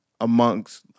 amongst